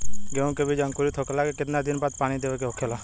गेहूँ के बिज अंकुरित होखेला के कितना दिन बाद पानी देवे के होखेला?